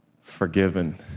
forgiven